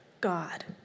God